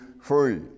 free